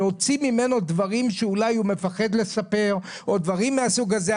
להוציא ממנו דברים שאולי הוא מפחד לספר או דברים מן הסוג הזה.